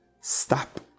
stop